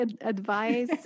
advice